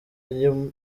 ubu